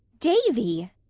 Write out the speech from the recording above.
davy!